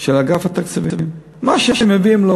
של אגף התקציבים, מה שהם מביאים לו